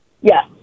Yes